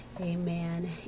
amen